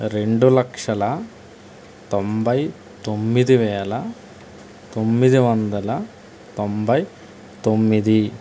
రెండు లక్షల తొంభై తొమ్మిది వేల తొమ్మిది వందల తొంభై తొమ్మిది